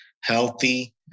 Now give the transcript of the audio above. healthy